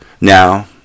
now